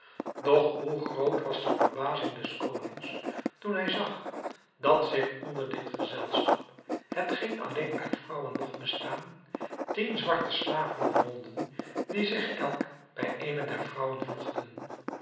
doch hoe groot was de verbazing des konings toen hij zag dat zich onder dit gezelschap hetgeen alleen uit vrouwen mogt bestaan tien zwarte slaven bevonden die zich elk bij eene der vrouwen voegden